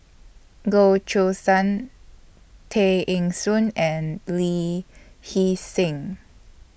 Goh Choo San Tay Eng Soon and Lee Hee Seng